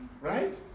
right